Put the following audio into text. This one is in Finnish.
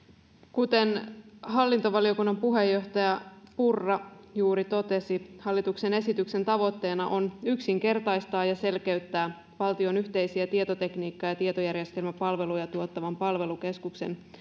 kuten hallintovaliokunnan puheenjohtaja purra juuri totesi hallituksen esityksen tavoitteena on yksinkertaistaa ja selkeyttää valtion yhteisiä tietotekniikka ja ja tietojärjestelmäpalveluja tuottavan palvelukeskuksen